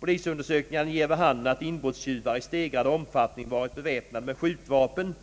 Polisundersökningarna ger vid handen att inbrottstjuvar i stegrad omfattning varit beväpnade med skjutvapen